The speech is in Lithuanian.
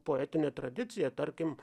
poetinė tradicija tarkim